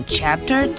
Chapter